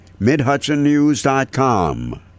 MidHudsonNews.com